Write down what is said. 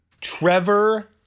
Trevor